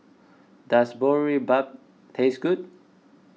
Does Boribap taste good